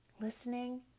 listening